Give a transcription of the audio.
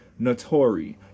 Notori